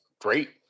great